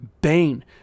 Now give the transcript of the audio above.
Bane